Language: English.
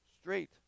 straight